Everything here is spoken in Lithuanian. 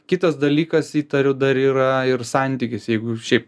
kitas dalykas įtariu dar yra ir santykis jeigu šiaip